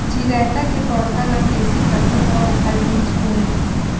चिरैता के पौधा ल कइसे करबो त ओखर बीज होई?